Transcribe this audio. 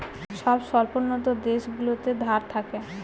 সব স্বল্পোন্নত দেশগুলোতে ধার থাকে